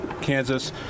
Kansas